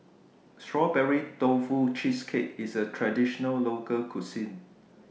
Strawberry Tofu Cheesecake IS A Traditional Local Cuisine